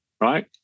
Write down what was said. right